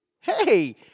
Hey